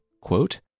quote